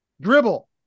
dribble